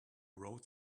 rode